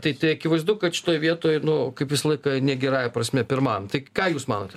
tai tai akivaizdu kad šitoj vietoj nu kaip visą laiką negerąja prasme pirmaujam tai ką jūs manote